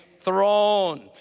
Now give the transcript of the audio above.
throne